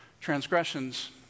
transgressions